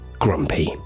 grumpy